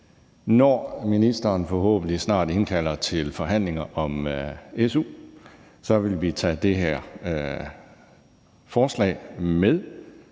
Når ministeren forhåbentlig snart indkalder til forhandlinger om su, vil vi tage det her forslag med